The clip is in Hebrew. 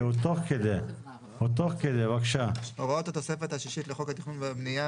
הוראת מעבר46א.הוראות התוספת השישית לחוק התכנון והבניה,